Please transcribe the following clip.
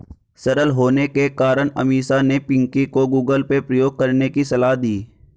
सरल होने के कारण अमीषा ने पिंकी को गूगल पे प्रयोग करने की सलाह दी